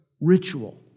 ritual